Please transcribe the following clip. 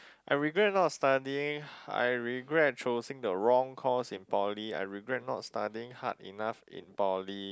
I regret not studying I regret choosing the wrong course in poly I regret not studying hard enough in poly